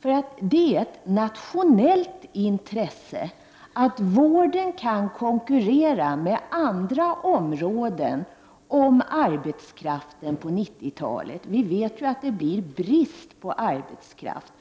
för det är ett nationellt intresse att vården kan konkurrera med andra områden om arbetskraften på 90-talet. Vi vet ju att det blir brist på arbetskraft.